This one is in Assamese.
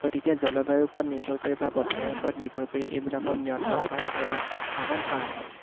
গতিকে জলবায়ুৰ ওপৰত নিৰ্ভৰ কৰি বা বতৰৰ ওপৰত নিৰ্ভৰ কৰি এইবিলাকৰ নিয়ন্ত্ৰণ কৰা হয় বা পালন কৰা হয়